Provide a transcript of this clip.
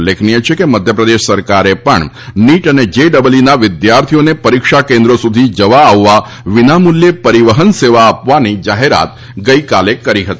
ઉલ્લેખનીય છે કે મધ્યપ્રદેશ સરકારે પણ નીટ તથા જેઈઈના વિદ્યાર્થીઓને પરીક્ષા કેન્દ્રો સુધી જવા આવવા વિનામૂલ્યે પરિવહન સેવા આપવાની જાહેરાત ગઈકાલે કરી હતી